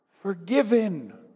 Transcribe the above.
Forgiven